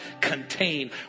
contain